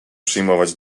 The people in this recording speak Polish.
przyjmować